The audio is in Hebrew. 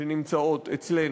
שנמצאות אצלנו,